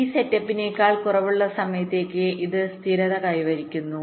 T സെറ്റപ്പിനേക്കാൾ കുറവുള്ള സമയത്തേക്ക് ഇത് സ്ഥിരത കൈവരിക്കുന്നു